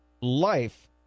life